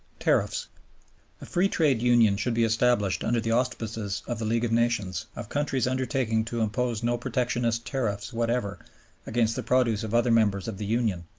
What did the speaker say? tariffs a free trade union should be established under the auspices of the league of nations of countries undertaking to impose no protectionist whatever against the produce of other members of the union,